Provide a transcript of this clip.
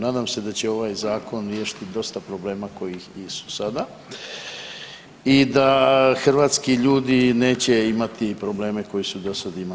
Nadam se da će ovaj zakon riješiti dosta problema koji su sada i da hrvatski ljudi neće imati probleme koje su do sada imali.